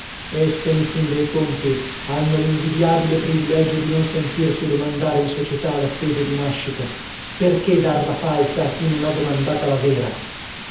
uomini esse in fin dei conti hanno l'invidiabile privilegio di non sentirsi domandare in società la fede di nascita perchè darla falsa a chi non ha domandata la vera